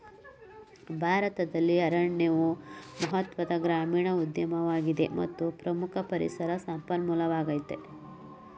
ಭಾರತದಲ್ಲಿ ಅರಣ್ಯವು ಮಹತ್ವದ ಗ್ರಾಮೀಣ ಉದ್ಯಮವಾಗಿದೆ ಮತ್ತು ಪ್ರಮುಖ ಪರಿಸರ ಸಂಪನ್ಮೂಲವಾಗಯ್ತೆ